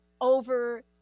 over